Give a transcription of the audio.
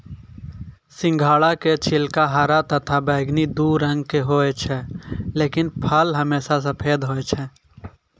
सिंघाड़ा के छिलका हरा तथा बैगनी दू रंग के होय छै लेकिन फल हमेशा सफेद होय छै